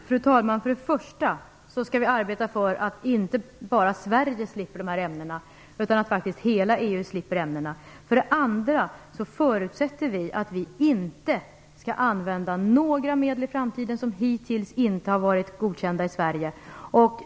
Fru talman! För det första skall vi arbeta för att inte bara Sverige slipper dessa ämnen utan hela EU. För det andra förutsätter vi att vi i framtiden inte skall använda några medel som hittills inte varit godkända i Sverige.